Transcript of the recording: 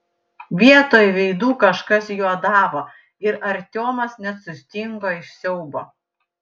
vietoj veidų kažkas juodavo ir artiomas net sustingo iš siaubo